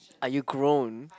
are you grown